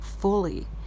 fully